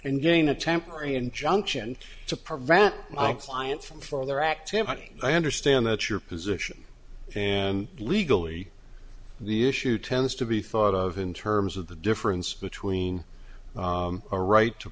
and getting a temporary injunction to prevent my client from farther activity i understand that's your position and legally the issue tends to be thought of in terms of the difference between a right to